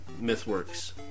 MythWorks